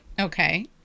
okay